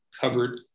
covered